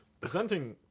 Presenting